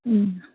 उम्